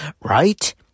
Right